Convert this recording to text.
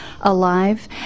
alive